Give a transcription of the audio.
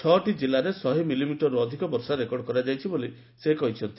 ଛଅଟି କିଲ୍ଲାରେ ଶହେ ମିଲିମିଟରରୁ ଅଧିକ ବର୍ଷା ରେକର୍ଡ କରାଯାଇଛି ବୋଲି ସେ କହିଛନ୍ତି